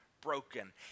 broken